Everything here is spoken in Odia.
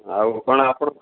ଆଉ କ'ଣ ଆପଣଙ୍କ